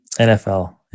NFL